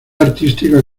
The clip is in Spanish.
artística